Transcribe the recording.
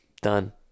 done